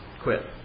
quit